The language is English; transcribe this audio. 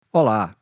Olá